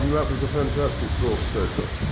that was a fantastic talk, stoker.